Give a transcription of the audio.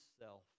self